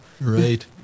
Right